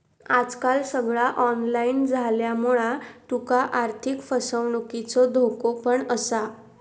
आजकाल सगळा ऑनलाईन झाल्यामुळा तुका आर्थिक फसवणुकीचो धोको पण असा